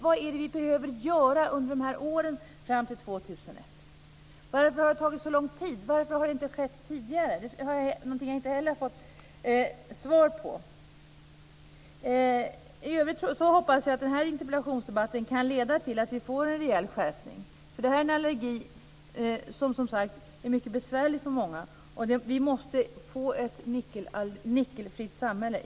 Vad är det vi behöver göra under åren fram till 2001? Varför har det tagit så lång tid? Varför har det inte skett tidigare? Det har jag inte heller fått svar på. I övrigt hoppas jag att den här interpellationsdebatten kan leda till att vi får en rejäl skärpning, för det här är en allergi som är mycket besvärlig för många. Vi måste få ett nickelfritt samhälle.